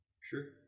Sure